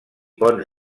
ponts